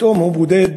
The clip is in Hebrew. פתאום הוא בודד,